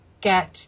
get